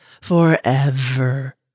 forever